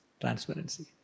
Transparency